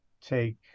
take